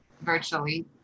virtually